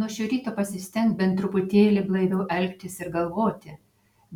nuo šio ryto pasistenk bent truputėlį blaiviau elgtis ir galvoti